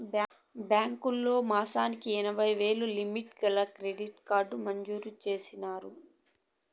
బాంకీలోల్లు మాసానికి ఎనభైయ్యేలు లిమిటు గల క్రెడిట్ కార్డు మంజూరు చేసినారు